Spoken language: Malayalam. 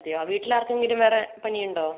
അതേയോ വീട്ടിലാർക്കെങ്കിലും വേറെ പനിയുണ്ടോ